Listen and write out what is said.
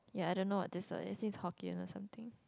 ya I don't know what this word is it seems hokkien or something